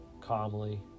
calmly